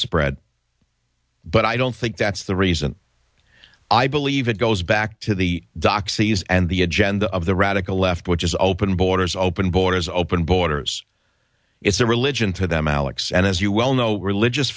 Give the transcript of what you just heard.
spread but i don't think that's the reason i believe it goes back to the doxies and the agenda of the radical left which is open borders open borders open borders it's a religion to them alex and as you well know religious